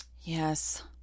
Yes